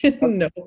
no